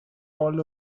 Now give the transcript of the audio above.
all